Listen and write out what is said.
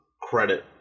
credit